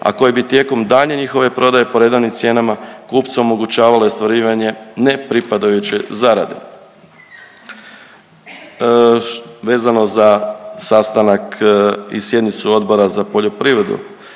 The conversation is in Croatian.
a koje bi tijekom daljnje njihove prodaje po redovnim cijenama, kupcu omogućavale ostvarivanje nepripadajuće zarade. Vezano za sastanak i sjednicu Odbora za poljoprivredu